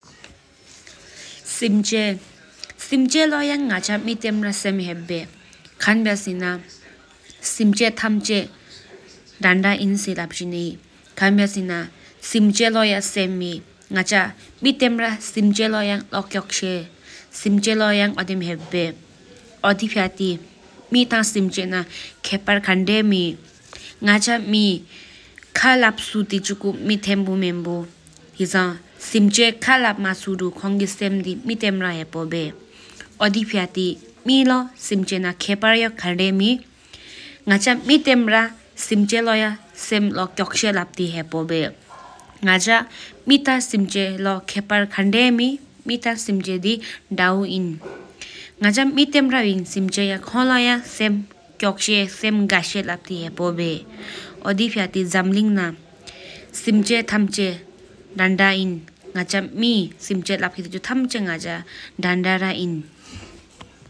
སེམས་ཆེན་ལོ་ཡང་ང་ཆ་མེད་སྟེམ་རང་སེམས་ཧེལ་བེལ་ཁམ་བྱ་སེ་ན་སེམས་ཆེན་ཐམས་ཅེས་དན་དབད་འི་མིན་སྐྱོངས་ཆིན་ཧེ། ཁམ་བྱ་སེ་ན་སེམས་ཆེན་ལོ་ཡ་སེམ་ཧེ་ང་ཆ་མེད་སྟེམ་ར་སེམས་ཆེན་ལོ་ཡ་ལོག་སྐྱོགས་ཧེ། ཨོ་དི་བྱེད་མེད་ཐས་སེམས་ཆེན་ན་ཁེ་པར་ཁམ་དི་བྱེད་མེད། ང་ཆ་མེད་ཁ་ལབ་ཆུས་ཧེ་དེ་ཆི་གོ་མེད་ཐེམ་བོ་མེན་བོ་ཐས་སེམས་ཆེན་ཁ་ལབ་མ་བྱེ་སེ་མ་ཐམས་ར་ཧེབས་བེད། ཨོ་དི་བྱེད་མེད་ཐས་སེམས་ཆེན་ན་ཁེ་པར་ཡ་གརེ་མེད་ང་ཆ་མེད་སྟེམ་ར་སེམས་ཆེན་ལོ་ཡ་སེམ་སྐྱོགས་ལབ་ཐི་ཧེ་པོ་བེད་ང་ཆ་མེད་ཐས་སེམས་ཆེན་ན་ཁེ་པར་ཁེར་མེད་ང་ཆ་མེད་སྟེམ་ར་སེམས་ཆེན་ལོ་ཡ་ལོ་སྐྱོགས་ཧེ་པོ་བེད། ཨོ་དི་བྱེད་མེད་ཐས་ལྗམ་ལིང་ན་སེམས་ཆེན་ཐམས་ཅེས་དན་དན་ན། ང་ཆ་མེད་སེམས་ཆེན་ལབ་ཅེན་ཐམས་ཅེས་དན་དན་ར་ན།